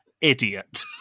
idiot